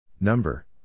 Number